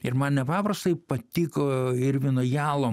ir man nepaprastai patiko irvino jalo